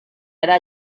hará